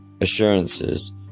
assurances